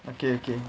okay okay